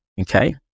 okay